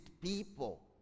people